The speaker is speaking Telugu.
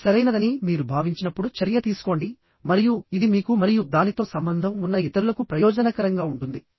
ఇది సరైనదని మీరు భావించినప్పుడు చర్య తీసుకోండి మరియు ఇది మీకు మరియు దానితో సంబంధం ఉన్న ఇతరులకు ప్రయోజనకరంగా ఉంటుంది